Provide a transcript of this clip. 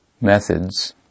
methods